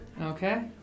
Okay